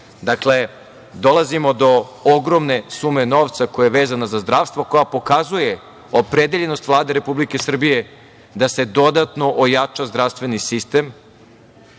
386,3, dolazimo do ogromne sume novca koja je vezana za zdravstvo, koja pokazuje opredeljenost Vlade Republike Srbije da se dodatno ojača zdravstveni sistem.